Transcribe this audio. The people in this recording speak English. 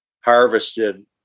harvested